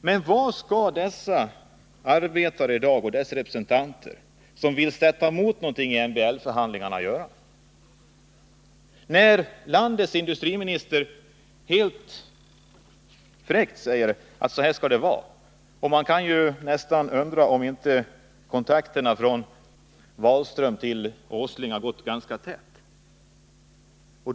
Men vad skall dessa arbetare och deras representanter göra som vill sätta emot något vid MBL-förhandlingarna, när landets industriminister helt fräckt säger att så här skall det vara? Man kan ju nästan undra om inte kontakterna mellan Wahlström och Nils Åsling har varit ganska täta.